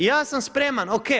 Ja sam spreman, OK.